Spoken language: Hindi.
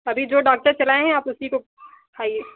अभी जो डॉक्टर चलाएँ हैं आप उसी को खाइए